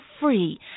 free